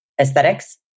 aesthetics